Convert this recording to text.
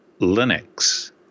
Linux